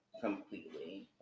completely